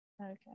okay